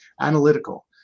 analytical